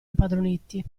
impadroniti